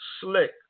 slick